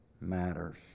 matters